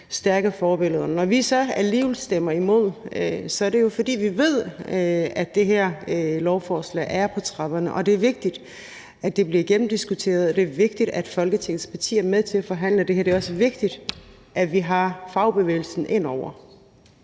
stærke forbilleder. Når vi så alligevel stemmer imod, er det jo, fordi vi ved, at det her lovforslag er på trapperne, og det er vigtigt, at det bliver gennemdiskuteret, og det er vigtigt, at Folketingets partier er med til at forhandle det. Det er også vigtigt, at vi har fagbevægelsen inde over.